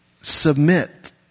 Submit